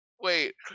wait